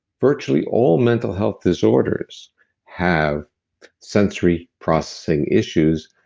virtually all mental health disorders have sensory processing issues,